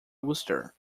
wooster